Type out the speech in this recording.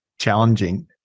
challenging